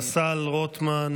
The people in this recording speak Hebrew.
פסל, רוטמן.